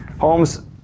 Holmes